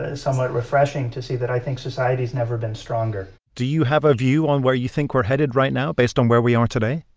ah somewhat refreshing to see that i think society has never been stronger do you have a view on where you think we're headed right now, based on where we are today?